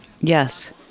Yes